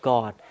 God